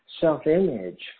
self-image